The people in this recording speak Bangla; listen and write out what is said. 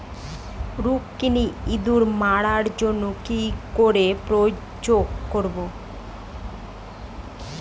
রুকুনি ইঁদুর মারার জন্য কি করে প্রয়োগ করব?